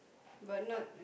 but not